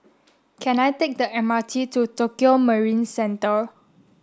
can I take the M R T to Tokio Marine Centre